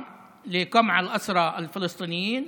כמובן לשם דיכוי האסירים הפלסטינים,